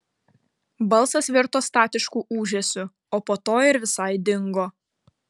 balsas virto statišku ūžesiu o po to ir visai dingo